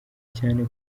cyane